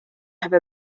have